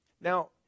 Now